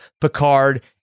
Picard